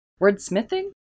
Wordsmithing